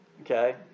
Okay